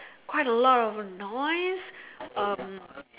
quite a lot of noise um